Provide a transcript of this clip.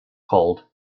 called